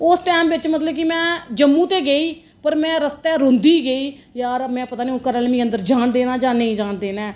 उस टैंम बिच में मतलब कि में जम्मू ते गेई पर में रस्ते रौंहदी गेई यार में पता नेई हून घरे आहले मिगी अंदर जान देना जां नेई जान देना ऐ